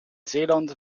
zeeland